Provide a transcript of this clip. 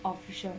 official